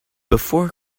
before